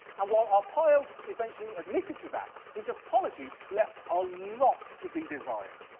and while arpaio eventually admitted to that, his apology left a lot to be desired.